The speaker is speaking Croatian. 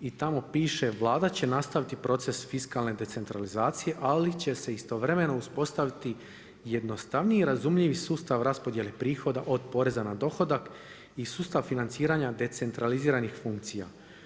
i tamo piše Vlada će nastaviti proces fiskalne decentralizacije ali će se istovremeno uspostaviti jednostavniji i razumljivi sustav raspodjele prihoda od poreza na dohodak i sustav financiranja decentraliziranih funkcija.